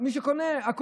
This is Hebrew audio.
מי שקונה.